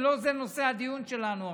ולא זה נושא הדיון שלנו עכשיו,